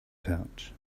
pouch